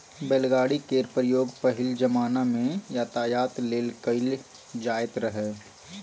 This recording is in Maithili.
बैलगाड़ी केर प्रयोग पहिल जमाना मे यातायात लेल कएल जाएत रहय